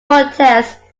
protests